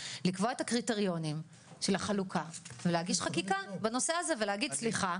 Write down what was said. לקבוע את הקריטריונים של החלוקה ולהגיש חקיקה בנושא הזה ולהגיד סליחה,